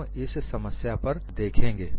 हम इस समस्या पर देखेंगे